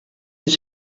you